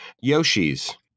Yoshi's